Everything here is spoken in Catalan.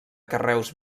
carreus